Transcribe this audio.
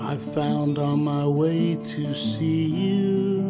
i found on my way to see an